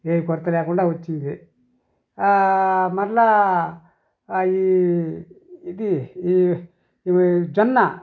ఏం కొరత లేకుండా వచ్చింది మర్లా ఈ ఇదీ ఈ జొన్న